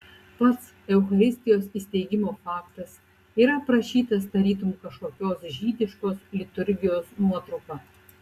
pats eucharistijos įsteigimo faktas yra aprašytas tarytum kažkokios žydiškos liturgijos nuotrupa